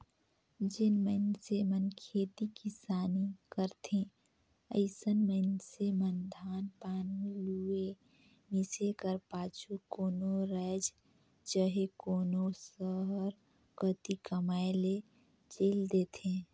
जेन मइनसे मन खेती किसानी करथे अइसन मइनसे मन धान पान लुए, मिसे कर पाछू कोनो राएज चहे कोनो सहर कती कमाए ले चइल देथे